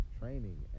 training